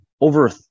over